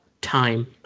time